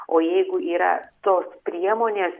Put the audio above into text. o jeigu yra tos priemonės